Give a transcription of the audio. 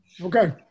okay